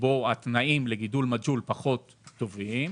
שבו התנאים לגידול מג'הול פחות טובים,